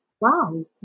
Wow